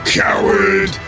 coward